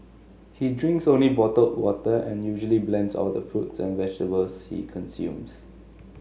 he drinks only bottled water and usually blends all the fruit and vegetables he consumes